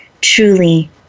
truly